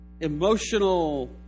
emotional